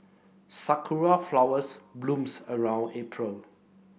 sakura flowers blooms around April